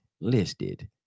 listed